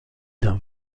d’un